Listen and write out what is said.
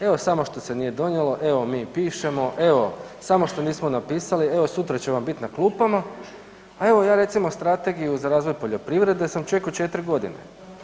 Evo samo što se nije donijelo, evo mi pišemo, evo samo što nismo napisali, evo sutra će vam bit na klupama, a evo ja recimo Strategiju za razvoj poljoprivrede sam čekao četiri godine.